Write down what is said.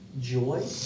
joy